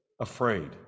afraid